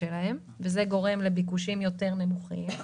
שלהם וזה גורם לביקושים נמוכים יותר.